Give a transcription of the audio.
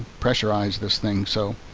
pressurize this thing so.